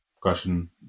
question